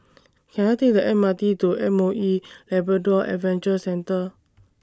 Can I Take The M R T to M O E Labrador Adventure Centre